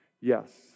yes